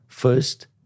First